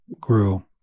grew